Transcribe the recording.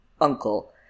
uncle